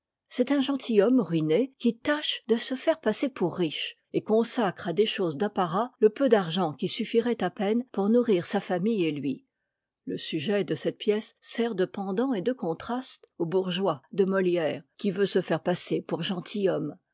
c'est un gentilhomme ruiné qui tâche de se faire passer pour riche et consacre à des choses d'apparat le peu d'argent qui suffirait à peine pour nourrir sa famille et lui le sujet de cette pièce sert de pendant et de contraste au bourgeois de moiière qui veut se faire passer pour